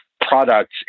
products